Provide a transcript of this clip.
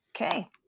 Okay